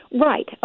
Right